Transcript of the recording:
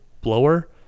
blower